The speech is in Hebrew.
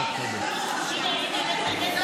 את לא